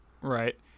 right